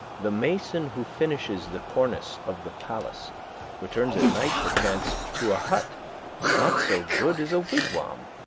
the mason who finishes the cornice of the palace returns at night perchance to a hut not so good as a wigwam.